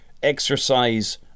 exercise